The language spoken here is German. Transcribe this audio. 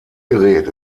gerät